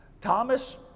Thomas